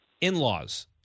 in-laws